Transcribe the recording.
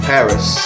Paris